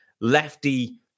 lefty